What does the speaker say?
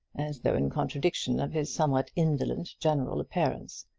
as though in contradiction of his somewhat indolent general appearance.